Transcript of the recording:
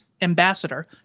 ambassador